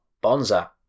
Bonza